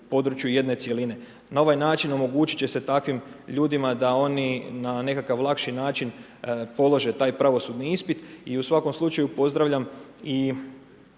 području jedne cjeline. Na ovaj način omogućit će se takvim ljudima da oni na nekakav lakši način polože taj pravosudni ispit i u svakom slučaju pozdravljam i